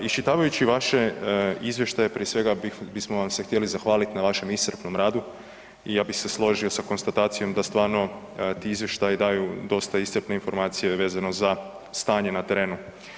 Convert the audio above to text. Iščitavajući vaše izvještaje, prije svega bismo vam se htjeli zahvaliti na vašem iscrpnom radu i ja bi se ložio sa konstatacijom da stvarno ti izvještaju daju dosta iscrpne informacije vezano za stanje na terenu.